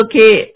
okay